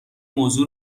موضوع